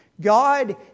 God